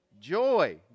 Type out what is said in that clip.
Joy